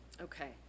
Okay